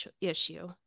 issue